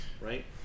right